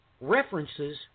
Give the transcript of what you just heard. references